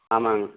ஆமாங்க